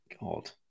God